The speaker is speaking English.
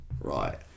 Right